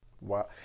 Wow